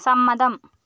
സമ്മതം